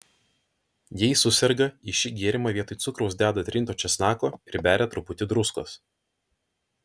jei suserga į šį gėrimą vietoj cukraus deda trinto česnako ir beria truputį druskos